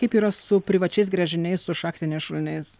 kaip yra su privačiais gręžiniais su šachtiniais šuliniais